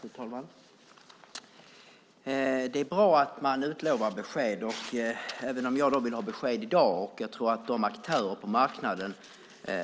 Fru talman! Det är bra att man utlovar besked, även om jag vill ha besked i dag. Jag tror att de aktörer på marknaden